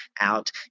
out